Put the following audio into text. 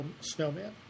snowman